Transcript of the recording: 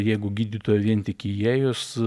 jeigu gydytoja vien tik įėjus